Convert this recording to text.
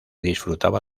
disfrutaba